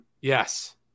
Yes